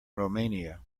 romania